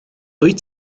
wyt